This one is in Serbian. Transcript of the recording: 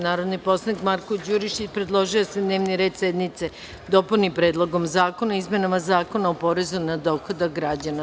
Narodni poslanik Marko Đurišić predložio je da se dnevni red sednice dopuni - Predlogom zakona o izmenama Zakona o porezu na dohodak građana.